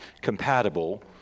compatible